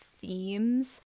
themes